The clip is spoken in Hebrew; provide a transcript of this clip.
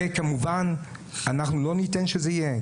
וכמובן, אנחנו לא ניתן שזה יהיה.